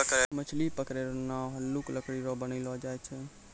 मछली पकड़ै रो नांव हल्लुक लकड़ी रो बनैलो जाय छै